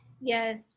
Yes